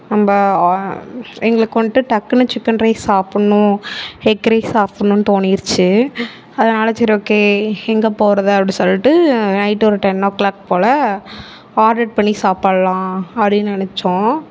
நம்ம எங்களுக்கு வந்துட்டு டக்குனு சிக்கன் ரைஸ் சாப்பிட்ணும் எக் ரைஸ் சாப்பிட்ணுன்னு தோணிருச்சு அதனால் சரி ஓகே எங்கேப் போகிறது அப்படின் சொல்லிட்டு நைட்டு ஒரு டென் ஓ கிளாக் போல் ஆர்டர் பண்ணி சாப்பிட்லாம் அப்படின் நினச்சோம்